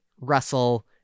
Russell